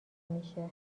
میشه